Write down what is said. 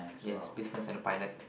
yes business and the pilot